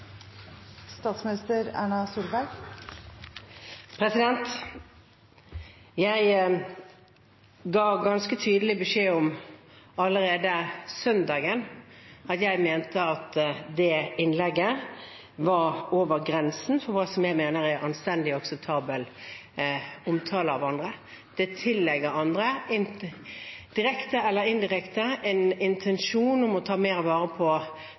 ganske tydelig beskjed om at jeg mente det innlegget var over grensen for hva jeg mener er anstendig og akseptabel omtale av andre. Det tillegger andre, direkte eller indirekte, en intensjon om å ta mer vare på